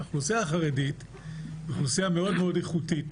האוכלוסייה החרדית היא אוכלוסייה מאוד מאוד איכותית,